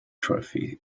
trophy